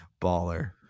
Baller